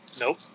Nope